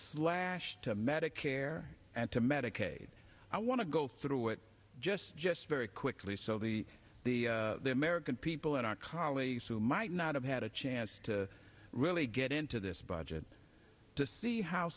slash to medicare and to medicaid i want to go through it just just very quickly so the the american people and our colleagues who might not have had a chance to really get into this budget to see how